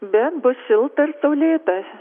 bet bus šilta ir saulėta